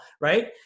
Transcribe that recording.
right